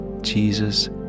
Jesus